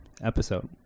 episode